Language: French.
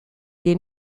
des